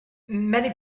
many